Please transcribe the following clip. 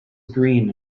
green